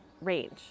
range